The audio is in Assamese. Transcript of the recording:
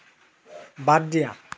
বাদ দিয়া